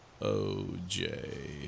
OJ